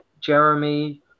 Jeremy